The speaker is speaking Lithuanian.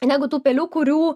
negu tų pelių kurių